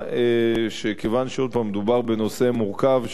כיוון שעוד פעם מדובר בנושא מורכב שעוד